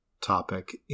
topic